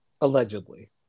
Allegedly